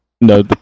no